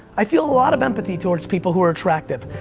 i feel a lot of empathy towards people who are attractive.